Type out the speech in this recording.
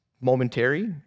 momentary